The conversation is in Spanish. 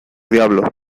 diablo